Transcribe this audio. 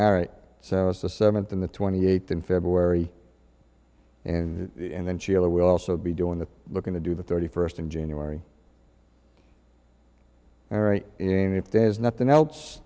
all right so it's the seventh and the twenty eighth in february and then sheila will also be doing the looking to do the thirty first of january all right and if there's nothing else